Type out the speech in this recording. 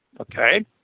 Okay